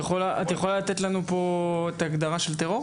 נירה, את יכולה לתת לנו פה את ההגדרה של טרור?